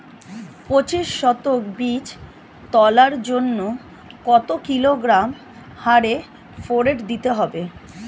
পঁচিশ শতক বীজ তলার জন্য কত কিলোগ্রাম হারে ফোরেট দিতে হবে?